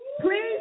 Please